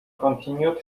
continued